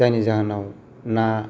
जायनि जाहोनाव ना